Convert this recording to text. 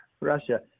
Russia